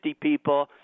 people